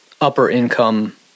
upper-income